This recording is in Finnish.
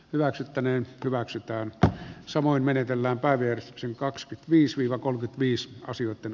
hyväksyttäneen hyväksytään ja samoin menetellään päivi ja kim kakskytviis vila kolkytviis asioitten